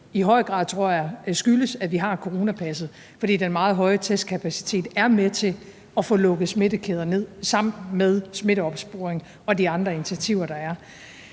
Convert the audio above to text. jeg, skyldes, at vi har coronapasset. For den meget høje testkapacitet er med til at få lukket smittekæder ned sammen med smitteopsporing og de andre initiativer. Så lad